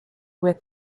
with